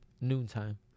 noontime